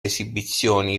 esibizioni